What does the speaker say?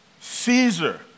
Caesar